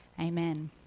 amen